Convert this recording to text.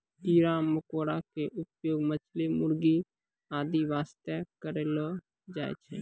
कीड़ा मकोड़ा के उपयोग मछली, मुर्गी आदि वास्तॅ करलो जाय छै